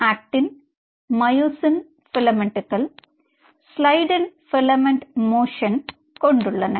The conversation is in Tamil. ஆக்டின் மயோசீன் பிலாமெண்டுக்கள் சிலீடிங் பிலமென்ட் மோஷன் கொண்டுள்ளன